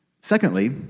Secondly